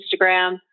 Instagram